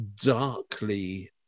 darkly